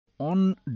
On